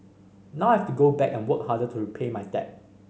now I have to go back and work harder to repay my debt